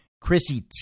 Chrissy